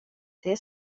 det